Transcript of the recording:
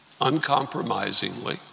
uncompromisingly